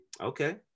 Okay